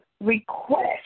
request